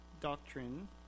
doctrine